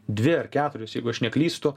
dvi ar keturios jeigu aš neklystu